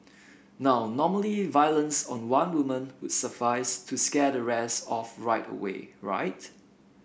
now normally violence on one woman would suffice to scare the rest off right away right